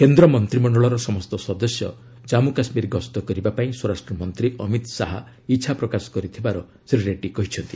କେନ୍ଦ୍ର ମନ୍ତିମଣ୍ଡଳର ସମସ୍ତ ସଦସ୍ୟ ଜାମ୍ମୁ କାଶ୍ମୀର ଗସ୍ତ କରିବାପାଇଁ ସ୍ୱରାଷ୍ଟ୍ର ମନ୍ତ୍ରୀ ଅମିତ୍ ଶାହା ଇଚ୍ଛା ପ୍ରକାଶ କରିଥିବାର ଶ୍ରୀ ରେଡ୍ରୀ କହିଚ୍ଚନ୍ତି